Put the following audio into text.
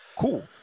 Cool